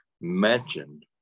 mentioned